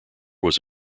was